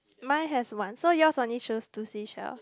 mine has one so yours only shows two seashells